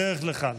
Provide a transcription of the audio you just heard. בדרך לכאן.